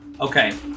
Okay